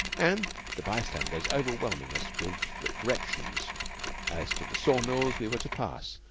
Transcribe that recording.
and the by-standers overwhelming us with directions as to the saw-mills we were to pass,